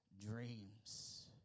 dreams